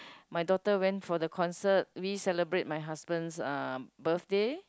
my daughter went for the concert we celebrate my husband's uh birthday